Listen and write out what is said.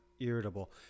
irritable